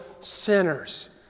sinners